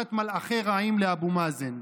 משלחת מלאכי רעים לאבו מאזן,